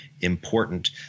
important